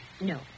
No